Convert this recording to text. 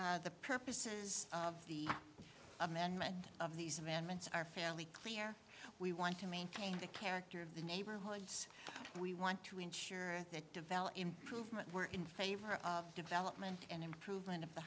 permit the purposes of the amendment of these amendments are fairly clear we want to maintain the character of the neighborhoods we want to insure that develop improvement were in favor of development and improvement of the